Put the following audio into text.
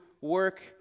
work